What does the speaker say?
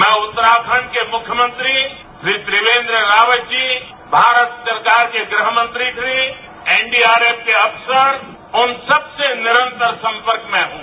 मैं उत्तराखंड के मुख्यमंत्री श्री त्रिवेन्द्र रावत जी भारत सरकार के ग्रहमंत्री एनडीआरएफ के अफसर उन सबसे निरंतर संपर्क में हूं